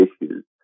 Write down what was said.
issues